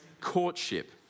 courtship